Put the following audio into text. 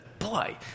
boy